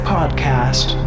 Podcast